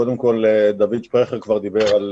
קודם כל, דוד שפרכר כבר דיבר על